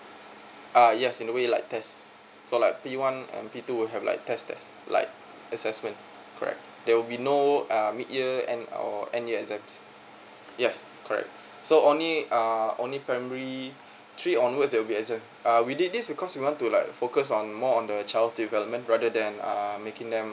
ah yes in a way like test so like P one uh P two will have like test that's like assessments correct there will be no um mid year end or end year exams yes correct so only err only primary three onward there'll be exam uh we did this because we want to like focus on more on the child's development rather than um making them